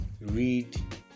read